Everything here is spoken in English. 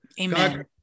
Amen